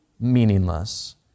meaningless